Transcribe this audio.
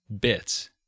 bits